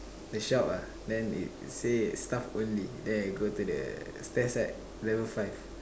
the shop ah then it said staff only then I go to the stairs side level five